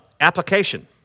application